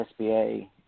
SBA